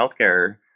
healthcare